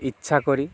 ইচ্ছা করি